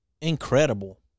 Incredible